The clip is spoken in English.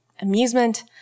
amusement